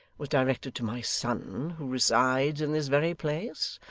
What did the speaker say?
was directed to my son who resides in this very place?